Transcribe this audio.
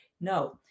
no